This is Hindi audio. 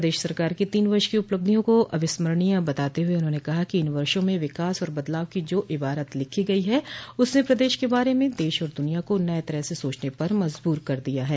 प्रदेश सरकार के तीन वर्ष की उपलब्धियों को अविस्मरणीय बताते हुए उन्होंने कहा कि इन वर्षो में विकास और बदलाव की जो इबारत लिखी गई है उसने प्रदेश के बारे में देश और द्निया को नये तरह से सोचने पर मजबूर कर दिया है